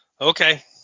Okay